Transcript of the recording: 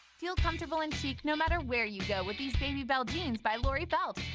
feel comfortable and chic no matter where you go with these baby bell jeans by lori bell.